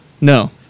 no